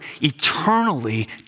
eternally